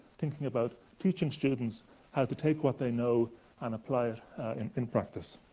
thinking about teaching students how to take what they know and apply it in in practice.